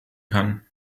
kann